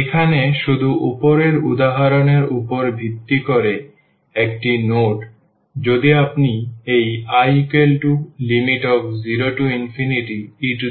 এখানে শুধু উপরের উদাহরণের উপর ভিত্তি করে একটি নোট যদি আপনি এই I0e